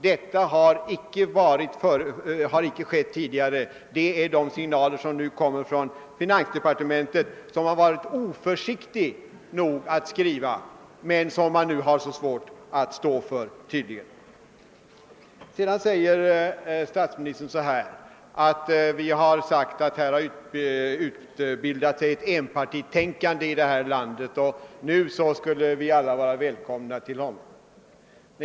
Detta har icke tidigare uttalats. Man har varit oförsiktig nog att ge dessa signaler men har sedan tydligen svårt att stå för dem. Vidare gör statsministern gällande att vi sagt att det skulle ha utbildat sig ett enpartitänkande i vårt land och att alla nu skulle vara välkomna till honom.